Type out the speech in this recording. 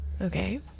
Okay